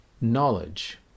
knowledge